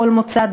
בכל מוצא,